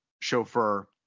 chauffeur